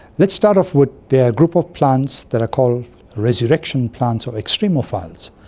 let's start off with the group of plants that are called resurrection plants or extremophiles.